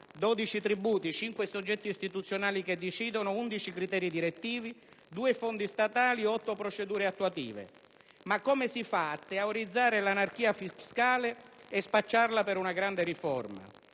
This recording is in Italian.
12 tributi, 5 soggetti istituzionali che decidono, 11 criteri direttivi, 2 fondi statali, 8 procedure attuative. Ma come si fa a teorizzare l'anarchia fiscale e spacciarla per una grande riforma?